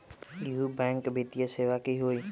इहु बैंक वित्तीय सेवा की होई?